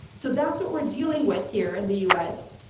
so that's what we're dealing with here in the us.